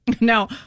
No